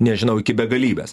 nežinau iki begalybės